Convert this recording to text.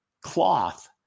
cloth